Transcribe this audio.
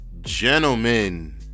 gentlemen